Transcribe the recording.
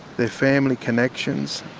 their family connections,